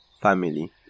family